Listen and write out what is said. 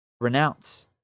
Renounce